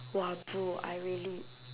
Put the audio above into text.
!wah! bro I really